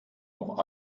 auch